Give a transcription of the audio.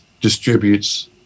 distributes